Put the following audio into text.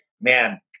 man